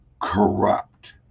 corrupt